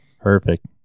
Perfect